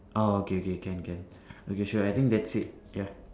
oh okay okay can can okay sure I think that's it ya